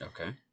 okay